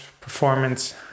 performance